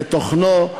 לתוכנו,